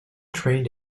trained